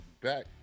back